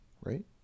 right